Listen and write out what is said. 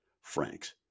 Franks